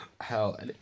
hell